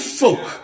folk